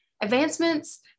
Advancements